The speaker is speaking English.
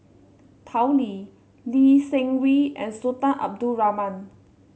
Tao Li Lee Seng Wee and Sultan Abdul Rahman